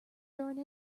during